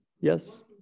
Yes